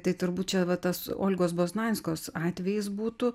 tai turbūt čia va tas olgos bosnanskos atvejis būtų